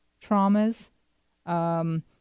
traumas